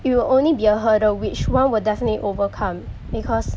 it will only be a hurdle which one will definitely overcome because